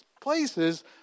places